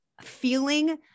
feeling